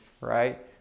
right